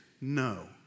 No